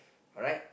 alright